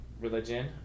religion